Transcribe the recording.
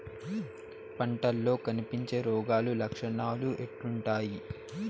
పంటల్లో కనిపించే రోగాలు లక్షణాలు ఎట్లుంటాయి?